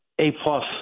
A-plus